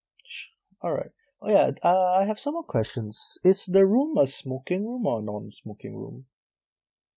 su~ alright oh ya uh I have some more questions is the room a smoking room or non-smoking room